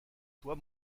toi